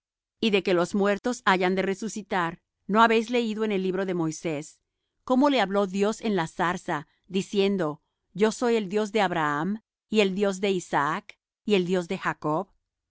y de que los muertos hayan de resucitar no habéis leído en el libro de moisés cómo le habló dios en la zarza diciendo yo soy el dios de abraham y el dios de isaac y el dios de jacob